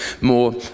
more